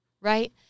right